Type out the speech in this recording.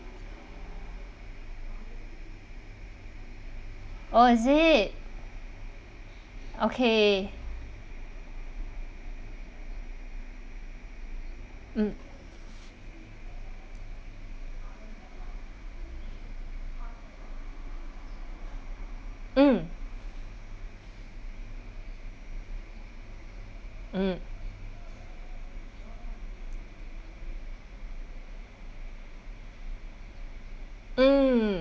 oh is it okay mm mm mm mm